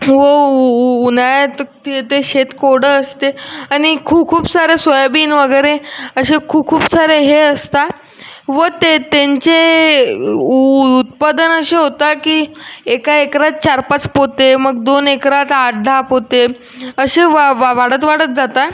व उ उन्हाळ्यात ते ते शेत कोरडं असते आणि खू खूप सारं सोयाबीन वगैरे अशे खू खूप सारे हे असतात व ते त्यांचे उ उत्पादन असे होता की एका एकरात चार पाच पोते मग दोन एकरात आठ दहा पोते असे वा वा वाढत वाढत जाता